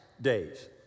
days